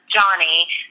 Johnny